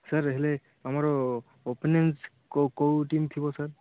sir ହେଲେ ଆମର openings କେଉଁ କେଉଁ ଟିମ୍ ଥିବ ସାର୍